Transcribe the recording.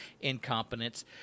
incompetence